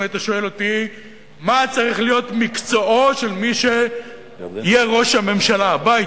אם היית שואל אותי מה צריך להיות מקצועו של מי שיהיה ראש הממשלה הבא,